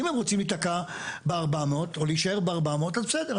אם הם רוצים להיתקע ב-400 או להישאר ב-400 אז בסדר,